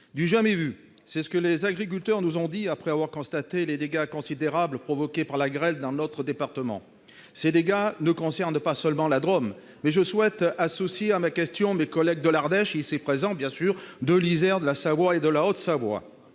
du jamais vu »: c'est ce que les agriculteurs nous ont dit après avoir constaté les dégâts considérables provoqués par la grêle dans notre département. Ces dégâts ne concernent pas seulement la Drôme : je souhaite associer à cette question mes collègues de l'Ardèche, de l'Isère, de la Savoie et de la Haute-Savoie.